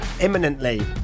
imminently